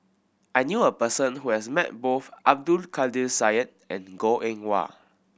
I knew a person who has met both Abdul Kadir Syed and Goh Eng Wah